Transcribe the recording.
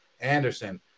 Anderson